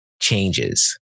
changes